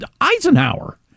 Eisenhower